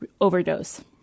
Overdose